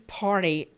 party